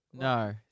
No